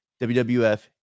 WWF